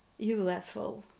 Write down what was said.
UFO